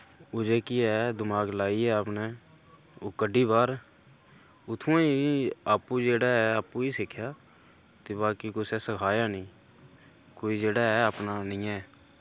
ओह् जेह्की ऐ दमाग लाइयै अपने ओह् कड्ढी बाह्र उत्थूं गै आपूं जेह्ड़ा ऐ आपूं गै सिक्खेआ ते बाकी कुसै सखाया नेईं कोई जेह्ड़ा ऐ अपना नेईं ऐ